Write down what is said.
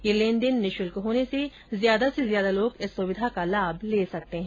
यह लेनदेन निःशुल्क होने से ज्यादा से ज्यादा लोग इस सुविधा का लाभ ले सकते है